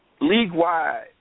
league-wide